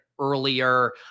earlier